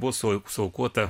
buvo su suaukota